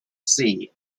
sea